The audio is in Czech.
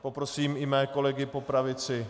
Poprosím i své kolegy po pravici.